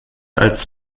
als